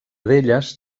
d’elles